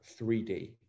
3D